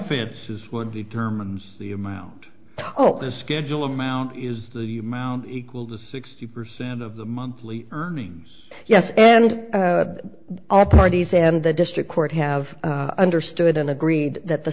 finances what determines the amount oh the schedule amount is the amount equal to sixty percent of the monthly earnings yes and all parties and the district court have understood and agreed that the